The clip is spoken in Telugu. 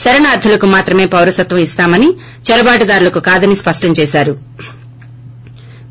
శరణార్షులకు మాత్రమె పౌరసత్వం ఇస్తామని చొరబాటుదారులకు కాదని స్పష్టం చేశారు